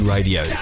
Radio